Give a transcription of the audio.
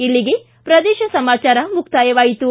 ಇಲ್ಲಿಗೆ ಪ್ರದೇಶ ಸಮಾಚಾರ ಮುಕ್ತಾಯವಾಯಿತು